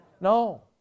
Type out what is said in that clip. No